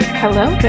hello